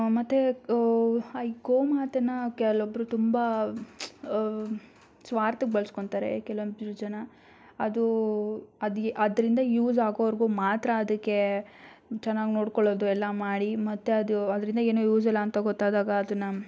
ಮತ್ತು ಈ ಗೋಮಾತೆನ ಕೆಲ್ವೊಬ್ರು ತುಂಬ ಸ್ವಾರ್ಥಕ್ಕೆ ಬಳ್ಸ್ಕೊತಾರೆ ಕೆಲ್ವೊಬ್ರು ಜನ ಅದು ಅದು ಅದರಿಂದ ಯೂಸ್ ಆಗೋವರೆಗೂ ಮಾತ್ರ ಅದಕ್ಕೆ ಚೆನ್ನಾಗಿ ನೋಡ್ಕೊಳ್ಳೋದು ಎಲ್ಲ ಮಾಡಿ ಮತ್ತೆ ಅದು ಅದರಿಂದ ಏನೂ ಯೂಸಿಲ್ಲ ಅಂತ ಗೊತ್ತಾದಾಗ ಅದನ್ನು